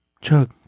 Chug